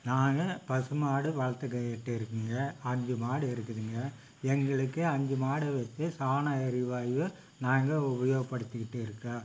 நாங்கள் பசுமாடு வளர்த்துக்கிட்டு இருக்கோம்ங்க அஞ்சு மாடு இருக்குதுங்க எங்களுக்கு அஞ்சு மாடு வெச்சி சாண எரிவாயு நாங்கள் உபயோகப்படுத்திக்கிட்டு இருக்கோம்